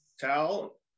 towel